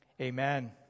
Amen